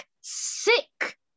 sick